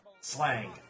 slang